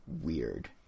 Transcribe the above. weird